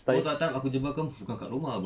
most of time aku jumpa kau bukan kat rumah [pe]